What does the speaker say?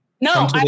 No